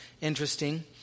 interesting